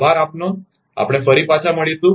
આભાર આપણે ફરી પાછા મળીશું